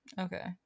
Okay